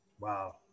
Wow